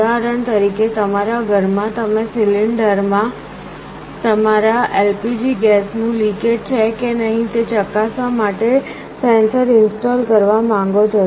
ઉદાહરણ તરીકે તમારા ઘર માં તમે સિલિન્ડરમાં તમારા LPG ગેસનું લિકેજ છે કે નહીં તે ચકાસવા માટે સેન્સર ઇન્સ્ટોલ કરવા માંગો છો